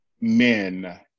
men